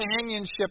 companionship